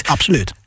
Absoluut